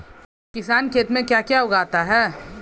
किसान खेत में क्या क्या उगाता है?